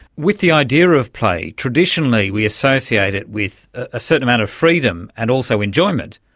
with the idea of play, traditionally we associate it with a certain amount of freedom and also enjoyment.